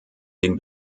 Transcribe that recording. den